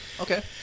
Okay